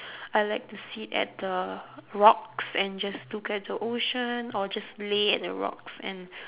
I like to sit at the rocks and just look at the ocean or just lay at the rocks and